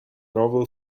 novel